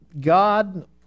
God